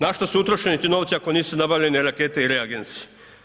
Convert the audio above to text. Na što su utrošeni ti novci ako nisu nabavljene rakete i reagensi?